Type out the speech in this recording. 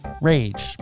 rage